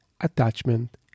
Attachment